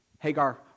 Hagar